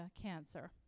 cancer